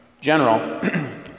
General